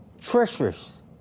treacherous